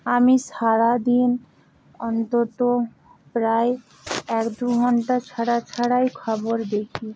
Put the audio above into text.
আমি সারাদিন অন্তত প্রায় এক দু ঘন্টা ছাড়া ছাড়াই খবর দেখি